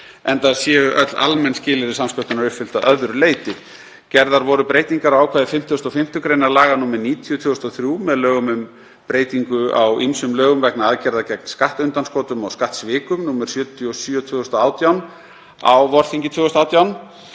enda séu öll almenn skilyrði samsköttunar uppfyllt að öðru leyti. Gerðar voru breytingar á ákvæði 55. gr. laga nr. 90/2003 með lögum um breytingu á ýmsum lögum vegna aðgerða gegn skattundanskotum og skattsvikum, nr. 77/2018, á vorþingi 2018